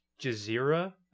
jazeera